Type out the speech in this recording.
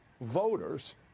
voters